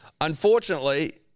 Unfortunately